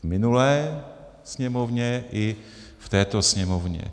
V minulé Sněmovně i v této Sněmovně.